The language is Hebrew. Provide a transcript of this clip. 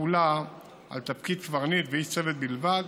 מתחולה על תפקיד קברניט ואיש צוות בלבד,